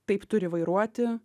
taip turi vairuoti